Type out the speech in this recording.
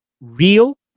real